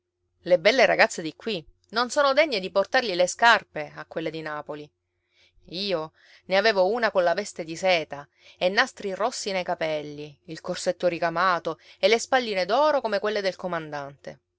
le belle ragazze di qui non sono degne di portargli le scarpe a quelle di napoli io ne avevo una colla veste di seta e nastri rossi nei capelli il corsetto ricamato e le spalline d'oro come quelle del comandante